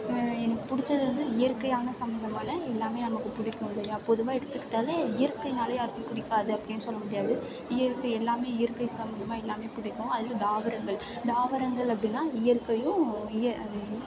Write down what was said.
எனக்கு பிடிச்சது வந்து இயற்கையான சம்பந்தமான எல்லாமே நமக்கு பிடிக்கும் இல்லையா பொதுவாக எடுத்துகிட்டாலே இயற்கைனாலே யாருக்கும் பிடிக்காது அப்படின்னு சொல்ல முடியாது இயற்கை எல்லாமே இயற்கை சம்பந்தமா எல்லாமே பிடிக்கும் அது தாவரங்கள் தாவரங்கள் அப்படின்னா இயற்கையும்